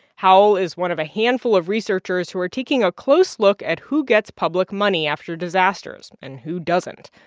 howell is one of a handful of researchers who are taking a close look at who gets public money after disasters and who doesn't.